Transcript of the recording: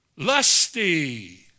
lusty